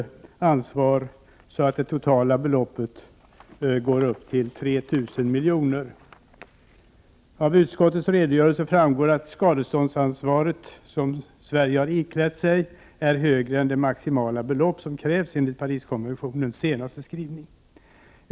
1988/89:104 det totala beloppet uppgår till 3 000 milj.kr. 26 april 1989 Av utskottets redogörelse framgår att det skadeståndsansvar som Sverige har iklätt sig är högre än det maximala belopp som krävs enligt Pariskonven | tionens senaste skrivning.